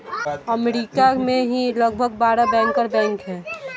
अमरीका में ही लगभग बारह बैंकर बैंक हैं